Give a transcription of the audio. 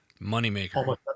moneymaker